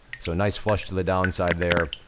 so, nice flush to the downside, there.